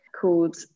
called